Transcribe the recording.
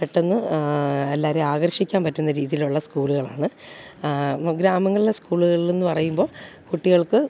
പെട്ടെന്ന് എല്ലാവരെയും ആകർഷിക്കാൻ പറ്റുന്ന രീതിയിലുള്ള സ്കൂളുകളാണ് ഗ്രാമങ്ങളിലെ സ്കൂളുകളെന്നു പറയുമ്പോള് കുട്ടികൾക്ക്